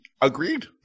Agreed